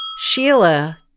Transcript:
Sheila